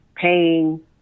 Paying